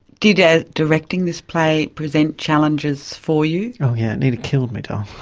did ah directing this play present challenges for you? oh yeah, it nearly killed me.